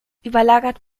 überlagert